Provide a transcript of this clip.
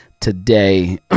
today